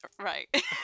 Right